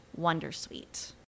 Wondersuite